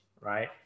right